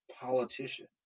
politician